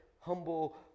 humble